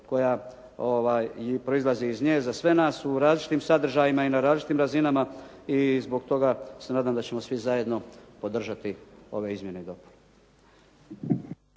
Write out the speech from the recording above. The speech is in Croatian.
koja proizlazi iz nje. Za sve nas u različitim sadržajima i na različitim razinama i zbog toga se nadam da ćemo svi zajedno podržati ove izmjene i dopune.